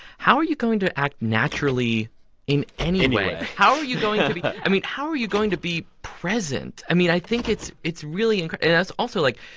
how are you going to act naturally in any way? any way how are you going to be yeah i mean, how are you going to be present? i mean, i think it's it's really and that's also, like,